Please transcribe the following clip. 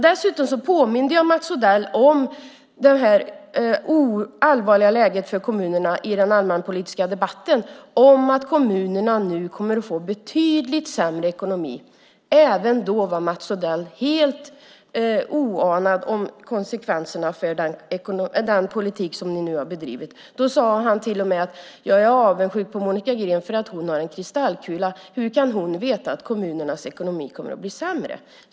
Dessutom påminde jag i den allmänpolitiska debatten Mats Odell om att kommunerna nu kommer att få en betydligt sämre ekonomi. Även då var Mats Odell helt aningslös om konsekvenserna av den politik de nu har bedrivit. Han sade till och med: Jag är avundsjuk på Monica Green för att hon har en kristallkula. Hur kan hon veta att kommunernas ekonomi kommer att bli sämre?